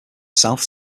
south